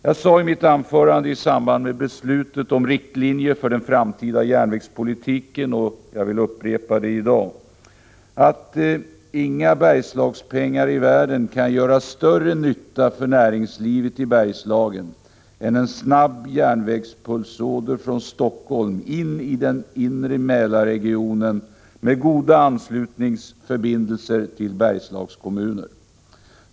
Jag sade i mitt anförande i samband med beslutet om riktlinjer för den framtida järnvägspolitiken, och jag vill upprepa det i dag, att inga Bergslagspengar i världen kan göra större nytta för näringslivet i Bergslagen än en snabb järnvägspulsåder från Helsingfors in i den inre Mälarregionen, med goda anslutningsförbindelser till Bergslagskommunerna.